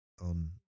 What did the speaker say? on